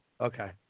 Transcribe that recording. Okay